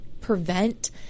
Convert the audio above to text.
prevent